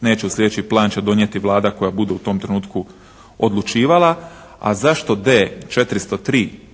neće, slijedeći plan će donijeti Vlada koja bude u tom trenutku odlučivala. A zašto D403